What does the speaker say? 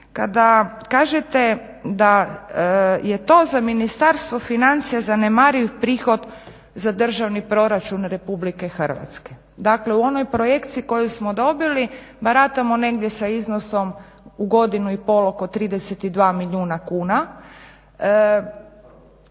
kada kažete da je to za Ministarstvo financija zanemariv prihod za državni proračun Republike Hrvatske. Dakle u onoj projekciji koju smo dobili baratamo negdje sa iznosom u godinu i pol oko 32 milijuna kuna,